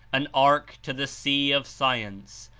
an ark to the sea of science,